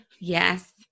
Yes